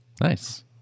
Nice